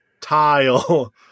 tile